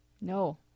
No